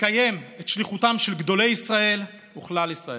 לקיים את שליחותם של גדולי ישראל וכלל ישראל.